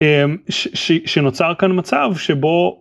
שנוצר כאן מצב שבו.